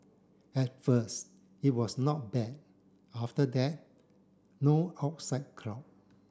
at first it was not bad after that no outside crowd